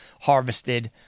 harvested